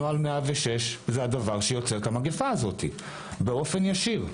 נוהל 106 זה הדבר שיוצר את המגפה הזאת באופן ישיר.